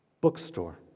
bookstore